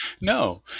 No